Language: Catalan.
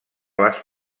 les